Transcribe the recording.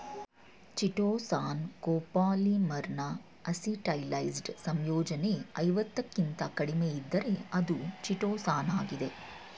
chitosan ಕೋಪೋಲಿಮರ್ನ acetylised ಸಂಯೋಜನೆ ಐವತ್ತಕ್ಕಿಂತ ಕಡಿಮೆಯಿದ್ದರೆ ಅದು ಚಿಟೋಸಾನಾಗಿದೆ